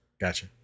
gotcha